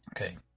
Okay